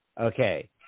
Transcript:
Okay